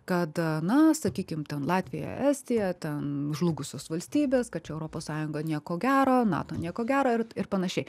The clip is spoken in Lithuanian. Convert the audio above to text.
kad na sakykim latvija estija ten žlugusios valstybės kad čia europos sąjunga nieko gero nato nieko gero ir ir panašiai